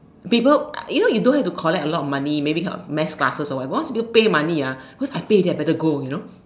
people you know you don't have to collect a lot of money maybe heard of mass classes or whatever but once you pay money ah because I pay already I better go you know